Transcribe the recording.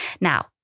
Now